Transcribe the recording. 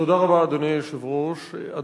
אדוני היושב-ראש,